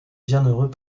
bienheureux